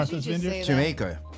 Jamaica